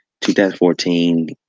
2014